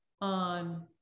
on